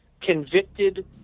convicted